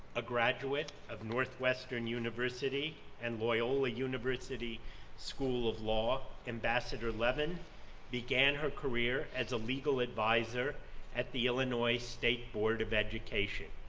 a graduate of northwestern university and loyola university school of law, ambassador levin began her career as a legal adviser at the illinois state board of education.